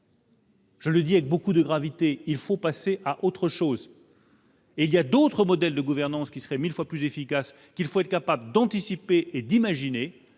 Je le dis avec beaucoup de gravité, il faut passer à autre chose. Il y a d'autres modèles de gouvernance qui serait 1000 fois plus efficace qu'il faut être capable d'anticiper et d'imaginer